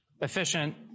efficient